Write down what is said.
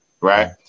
Right